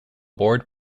board